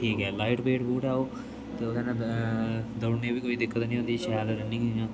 ठीक ऐ light weight boot ऐ ओह् ते ओह्दे ने तुसें दोड़ने बी कोई दिक्कत नि होंदी शैल रानिंग इयां